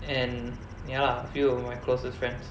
and ya lah a few of my closest friends